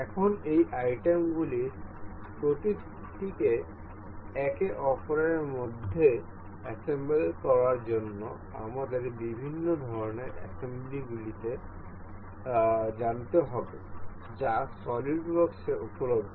এখন এই আইটেমগুলির প্রতিটিকে একে অপরের মধ্যে অ্যাসেম্বল করার জন্য আমাদের বিভিন্ন ধরণের অ্যাসেম্বলি গুলি জানতে হবে যা সলিডওয়ার্কস এ উপলব্ধ